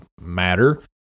matter